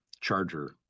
charger